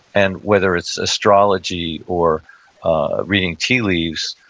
and whether it's astrology, or reading tea leaves,